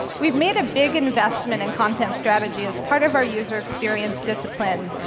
we've made a big investment in content strategy as part of our user experience discipline.